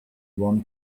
one